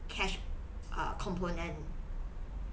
cash err component